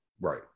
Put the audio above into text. Right